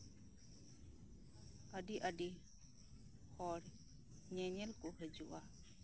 ᱟᱹᱰᱤ ᱟᱹᱰᱤ ᱦᱟᱲ ᱧᱮᱧᱮᱞ ᱠᱚ ᱦᱤᱡᱚᱜᱼᱟ